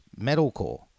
metalcore